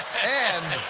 and